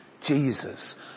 Jesus